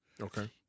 Okay